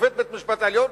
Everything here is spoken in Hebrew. כשופט בית-המשפט העליון,